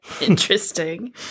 Interesting